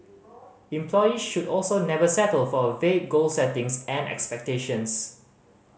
employee should also never settle for vague goal settings and expectations